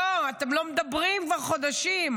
בוא, אתם לא מדברים כבר חודשים.